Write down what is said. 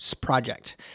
project